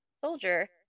soldier